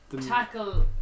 tackle